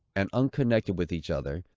and unconnected with each other,